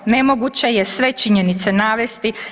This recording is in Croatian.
Nemoguće je sve činjenice navesti.